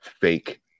fake